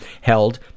held